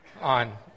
on